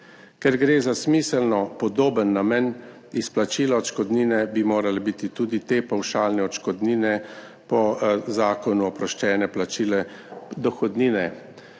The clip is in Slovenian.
Ker gre za smiselno podoben namen izplačila odškodnine, bi morale biti tudi te pavšalne odškodnine po zakonu oproščene plačila dohodnine.